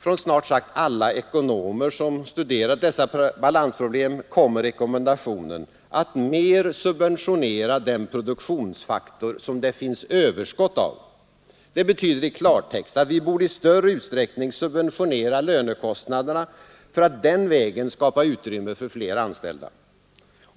Från snart sagt alla ekonomer som studerat dessa balansproblem kommer rekommendationen att mer subventionera den produktionsfaktor som det finns överskott av. Det betyder i klartext att vi borde i större utsträckning subventionera lönekostnaderna för att den vägen skapa utrymme för fler anställda.